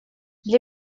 для